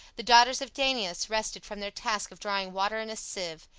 the daughters of danaus rested from their task of drawing water in a sieve,